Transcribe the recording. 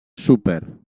súper